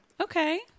Okay